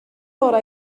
orau